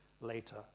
later